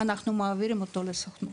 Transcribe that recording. אנחנו מעבירים אותו לסוכנות,